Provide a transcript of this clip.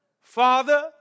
Father